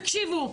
תקשיבו,